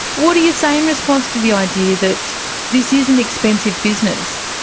what do you say in response to the idea that this is an expensive business,